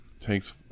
Takes